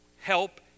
help